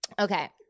Okay